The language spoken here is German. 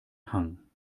hang